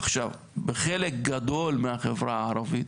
עכשיו, בחלק גדול מהחברה הערבית